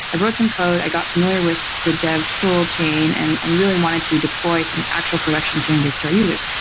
i wrote some code. i got familiar with the dev tool chain, and and really wanted to deploy some actual production changes to our users.